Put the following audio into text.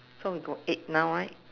so we got eight now right